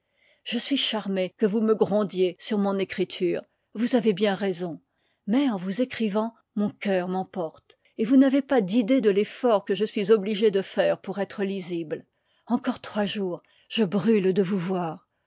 je suis charmé que vous me grondiez sur mon écriture vous avez bien raison mais en vous écrivant mon cœur m'emporte et vous n'avez pas d'idée de l'effort que je suis obligé de faire pour être lisible encore trois jours je brûle de vous voir